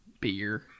Beer